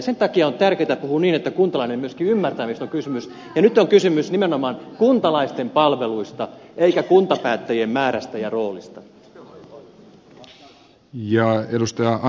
sen takia on tärkeätä puhua niin että kuntalainen myöskin ymmärtää mistä on kysymys ja nyt on kysymys nimenomaan kuntalaisten palveluista eikä kuntapäättäjien määrästä ja roolista